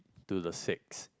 to the six